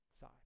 side